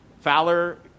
Fowler